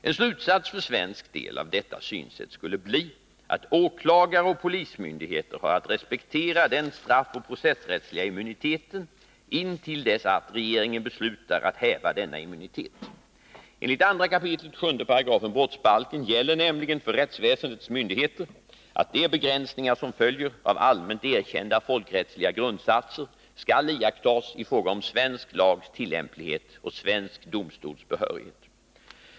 En slutsats för svensk del av detta synsätt skulle bli att åklagare och polismyndigheter har att respektera den straffoch processrättsliga immuniteten intill dess att regeringen beslutar att häva denna immunitet. Enligt 2 kap. 7 § brottsbalken gäller nämligen för rättsväsendets myndigheter att de begränsningar som följer av allmänt erkända folkrättsliga grundsatser skall iakttas i fråga om svensk lags tillämplighet och svensk domstols behörighet.